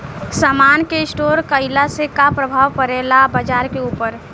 समान के स्टोर काइला से का प्रभाव परे ला बाजार के ऊपर?